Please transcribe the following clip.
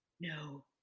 no